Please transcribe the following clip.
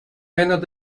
menos